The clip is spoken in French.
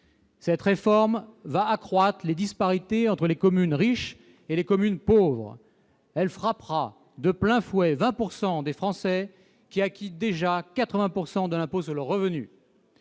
Cette réforme accroîtra les disparités entre communes riches et communes pauvres, elle frappera de plein fouet 20 % des Français qui acquittent déjà 80 % de l'impôt sur le revenu,